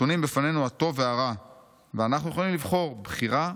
נתונים בפנינו הטוב והרע ואנחנו יכולים לבחור: בחירה,